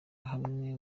hamwe